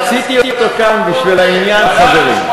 רציתי אותו כאן בשביל העניין, חברים.